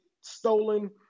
stolen